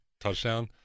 touchdown